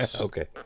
Okay